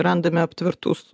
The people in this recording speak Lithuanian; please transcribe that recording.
randame aptvertus